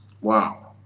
wow